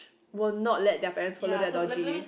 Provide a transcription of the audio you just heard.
will not let their parents follow their dodgy